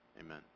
Amen